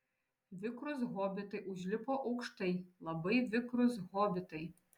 vikrūs hobitai užlipo aukštai labai vikrūs hobitai